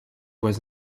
was